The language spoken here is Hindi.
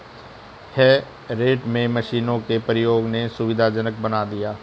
हे रेक में मशीनों के प्रयोग ने सुविधाजनक बना दिया है